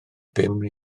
bum